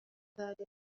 ذلك